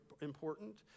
important